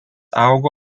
augo